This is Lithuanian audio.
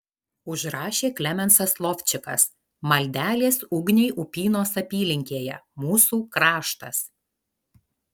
užrašė klemensas lovčikas maldelės ugniai upynos apylinkėje mūsų kraštas